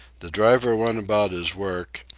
the driver went about his work,